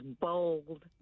bold